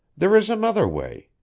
there is another way.